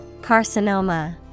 Carcinoma